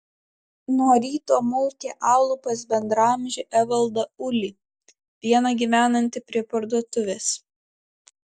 nuo ryto maukė alų pas bendraamžį evaldą ulį vieną gyvenantį prie parduotuvės